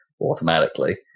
automatically